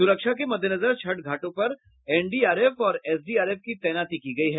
सुरक्षा के मद्देनजर छठ घाटों पर एनडीआरएफ और एसडीआरएफ की तैनाती की गयी है